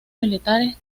militares